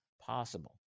possible